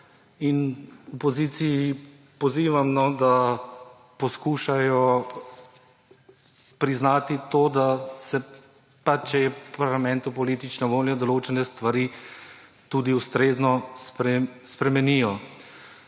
in v opozicijo pozivam, da poskušajo priznati to, da če je v parlamentu politična volja, se določene stvari tudi ustrezno spremenijo.